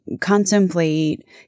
contemplate